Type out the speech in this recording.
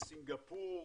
בסינגפור,